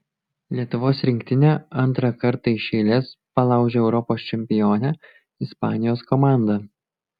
lietuvos rinktinė antrą kartą iš eilės palaužė europos čempionę ispanijos komandą